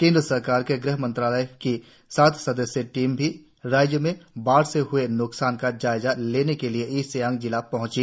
केंद्र सरकार के गृहमंत्रालय की सात सदस्यीय टीम भी राज्य में बाढ़ से हए न्कसान का जायजा लेने के लिए ईस्ट सियांग पहुंची